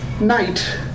Night